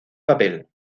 papel